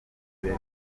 ageze